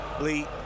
Lee